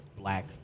Black